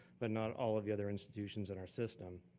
but not all of the other institutions in our system.